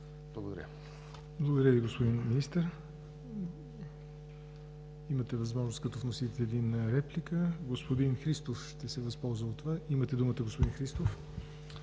Благодаря.